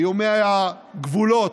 איומי הגבולות,